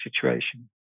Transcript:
situation